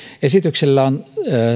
esityksellä on